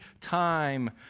time